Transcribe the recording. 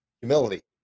Humility